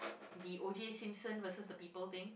the OJ-Simpson versus the people think